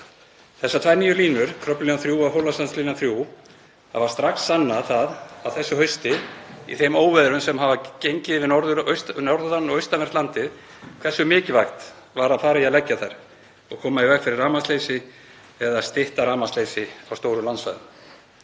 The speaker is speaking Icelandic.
Þessar tvær nýju línur, Kröflulína 3 og Hólasandslína 3, hafa strax sannað það á þessu hausti, í þeim óveðrum sem hafa gengið yfir norðan- og austanvert landið, hversu mikilvægt var að fara í að leggja þær og koma í veg fyrir rafmagnsleysi eða stytta rafmagnsleysi á stórum landsvæðum.